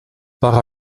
par